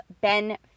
Ben